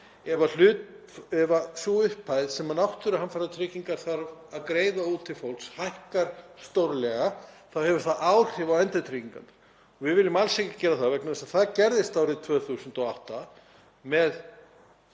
mun borga. Ef sú upphæð sem Náttúruhamfaratrygging þarf að greiða út til fólks hækkar stórlega þá hefur það áhrif á endurtrygginguna og við viljum alls ekki gera það vegna þess að það gerðist árið 2008 með